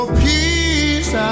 peace